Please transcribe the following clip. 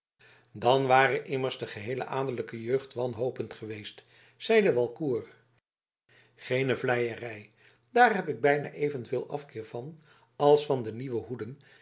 dan ware immers de geheele adellijke jeugd wanhopend geweest zeide walcourt geene vleierij daar heb ik bijna evenveel afkeer van als van de nieuwe hoeden